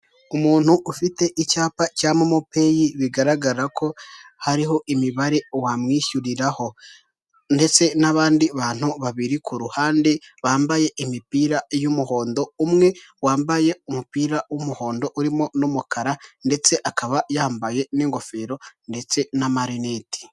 Hari uburyo bwinshi butandukanye bwo gutwara ibintu cyangwa se ibicuruzwa ku buryo bworoshye ushobora gutwara ibintu cyangwa ibicuruzwa wifashishije imodoka zabugenewe cyangwa se ukifashisha moto ntoya ijya kumera nk'imodoka ariko nayo ikora nka moto mu ruhande rumwe ariko na none ku rundi ruhande igakora nk'imodoka .